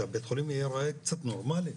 שהבית חולים ייראה קצת נורמאלי,